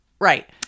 Right